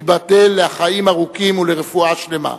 ייבדל לחיים ארוכים ולרפואה שלמה.